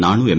Nanu M